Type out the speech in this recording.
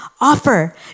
offer